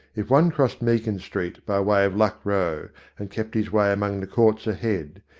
if one crossed meakin street by way of luck row and kept his way among the courts ahead,